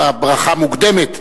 כברכה מוקדמת,